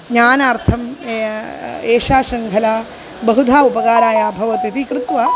ज्ञानार्थम् एषा शृङ्खला बहुधा उपकाराय अभवत् इति कृत्वा